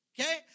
Okay